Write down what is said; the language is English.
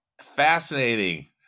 Fascinating